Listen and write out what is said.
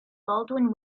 baldwin